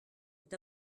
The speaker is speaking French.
est